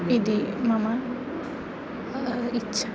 इति मम इच्छा